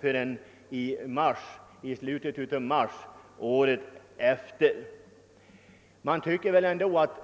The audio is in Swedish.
för skördeskadorna förrän i slutet av mars året efter det dåliga skördeutfallet.